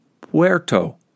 Puerto